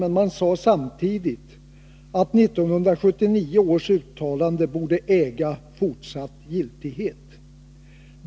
Men samtidigt sade man att uttalandet från 1979 borde äga fortsatt giltighet.